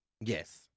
Yes